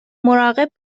مراقب